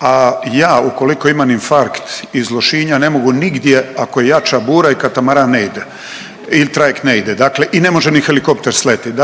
a ja ukoliko imam infarkt iz Lošinja ne mogu nigdje ako je jača bura i katamaran ne ide ili trajekt ne ide, dakle i ne može ni helikopter sletjet,